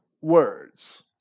words